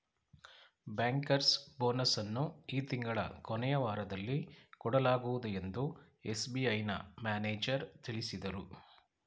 bankers bonus ಅನ್ನು ಈ ತಿಂಗಳ ಕೊನೆಯ ವಾರದಲ್ಲಿ ಕೊಡಲಾಗುವುದು ಎಂದು ಎಸ್.ಬಿ.ಐನ ಮ್ಯಾನೇಜರ್ ತಿಳಿಸಿದರು